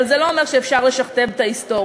אבל זה לא אומר שאפשר לשכתב את ההיסטוריה.